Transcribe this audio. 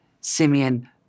Simeon